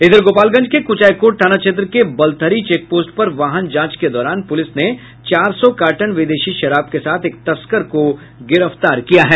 इधर गोपालगंज के कुचायकोट थाना क्षेत्र के बलथरी चेकपोस्ट पर वाहन जांच के दौरान पुलिस ने चार सौ कार्टन विदेशी शराब के साथ एक तस्कर को गिरफ्तार किया है